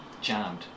jammed